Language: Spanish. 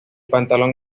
pantalón